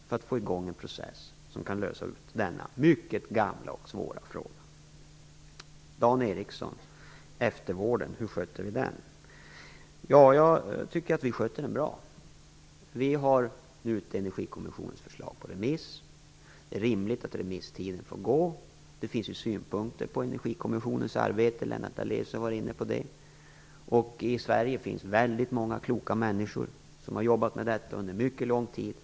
Man vill få i gång en process som kan lösa denna mycket gamla och svåra fråga. Dan Ericsson undrade hur vi sköter eftervården. Jag tycker att vi sköter den bra. Energikommissionens förslag är nu ute på remiss. Det är rimligt att remisstiden får ha sin gång. Det finns ju synpunkter på Energikommissionens arbete - Lennart Daléus har varit inne på det. I Sverige finns väldigt många kloka människor som har jobbat med denna fråga under mycket lång tid.